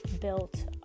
built